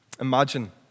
Imagine